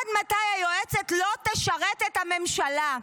עד מתי היועצת לא תשרת את הממשלה?